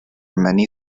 many